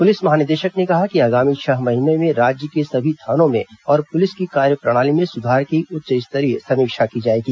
police महानिदेशक ने कहा कि आगामी छह महीने में राज्य के सभी थानों में और पुलिस की कार्यप्रणाली में सुधार की उच्च स्तरीय समीक्षा की जाएगी